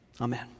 Amen